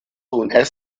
und